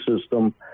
system